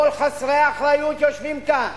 כל חסרי האחריות יושבים כאן,